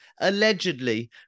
allegedly